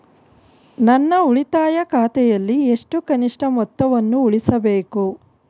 ನನ್ನ ಉಳಿತಾಯ ಖಾತೆಯಲ್ಲಿ ಎಷ್ಟು ಕನಿಷ್ಠ ಮೊತ್ತವನ್ನು ಉಳಿಸಬೇಕು?